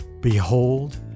Behold